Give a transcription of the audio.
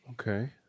Okay